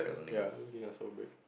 ya break